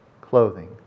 clothing